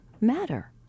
matter